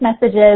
messages